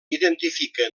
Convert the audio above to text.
identifica